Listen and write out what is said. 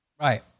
Right